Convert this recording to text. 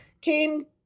Came